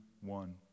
one